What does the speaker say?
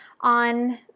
on